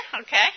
Okay